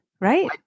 Right